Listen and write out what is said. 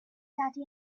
daddy